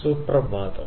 സുപ്രഭാതം